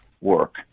work